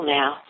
now